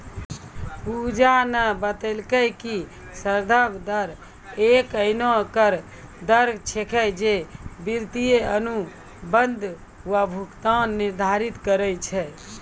पूजा न बतेलकै कि संदर्भ दर एक एहनो दर छेकियै जे वित्तीय अनुबंध म भुगतान निर्धारित करय छै